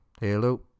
Hello